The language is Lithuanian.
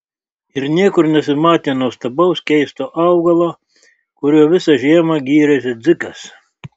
ir niekur nesimatė nuostabaus keisto augalo kuriuo visą žiemą gyrėsi dzikas